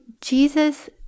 Jesus